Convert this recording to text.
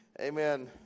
Amen